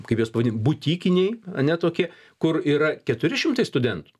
kaip juos pavadint butikiniai ane tokie kur yra keturi šimtai studentų